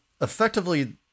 effectively